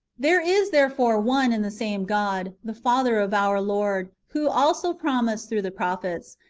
there is therefore one and the same god, the father of our lord, who also promised, through the prophets,